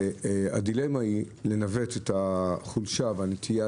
והדילמה היא לנווט את החולשה והנטייה